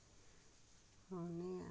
खानी हैन